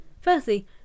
firstly